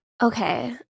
Okay